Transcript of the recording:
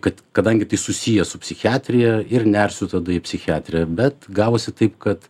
kad kadangi tai susiję su psichiatrija ir nersiu tada į psichiatriją bet gavosi taip kad